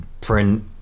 print